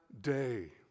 day